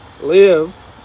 live